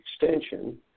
extension